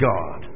God